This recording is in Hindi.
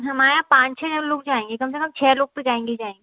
हमारा पाँच छ जन लोग जाएंगे कम से कम छ लोग तो जाएंगे ही जाएंगे